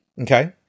Okay